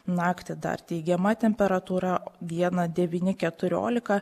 naktį dar teigiama temperatūra dieną devyni keturiolika